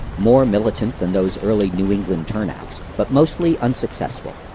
more militant than those early new england turnouts, but mostly unsuccessful.